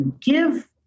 Give